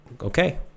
okay